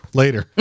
later